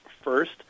first